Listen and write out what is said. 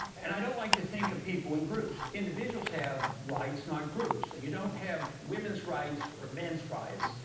and i don't like to think of people in groups. individuals have rights, not groups. you don't have women's rights or men's rights.